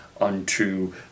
unto